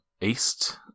east